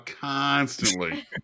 constantly